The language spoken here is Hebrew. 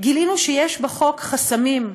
גילינו שיש בחוק חסמים,